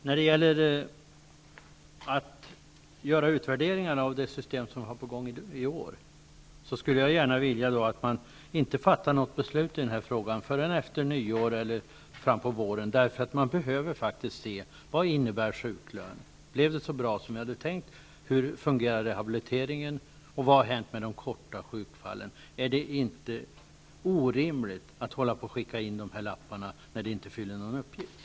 När det gäller att göra utvärderingar av det system som vi har på gång i år skulle jag gärna vilja att man inte fattar något beslut i frågan förrän efter nyår eller fram på våren. Man behöver faktiskt se vad sjuklön innebär. Blev det så bra som vi hade tänkt? Hur fungerar rehabiliteringen, och vad har hänt med de kortvariga sjukfallen? Är det inte orimligt att skicka in de här lapparna, när de inte fyller någon uppgift?